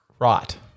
Right